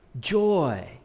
joy